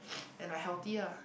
and like healthy ah